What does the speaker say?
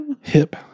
hip